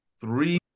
three